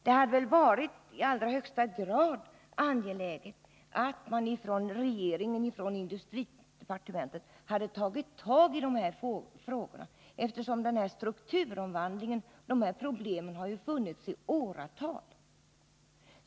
Det hade väl varit i allra högsta grad angeläget att industridepartementet hade tagit tag i de här frågorna, eftersom problemen med strukturomvandlingen ju har funnits i åratal.